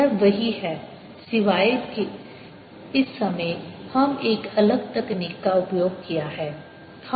यह वही है सिवाय के इस समय हम एक अलग तकनीक का उपयोग किया है